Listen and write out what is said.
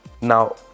now